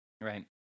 right